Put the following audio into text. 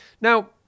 Now